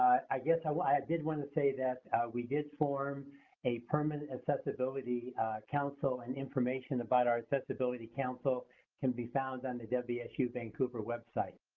i guess i did want to say that we did form a permanent accessibility council, and information about our accessibility council can be found on the wsu vancouver website.